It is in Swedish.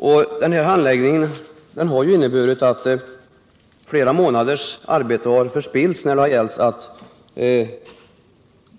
Den här dåliga handläggningen har inneburit att flera månaders arbete har förspillts när det